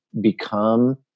become